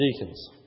deacons